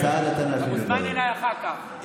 המשנה הבין-לאומי הגיע היום לוועדה, מי?